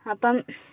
അപ്പം